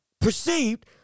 perceived